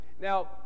Now